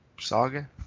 saga